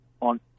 on